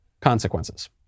consequences